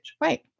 Right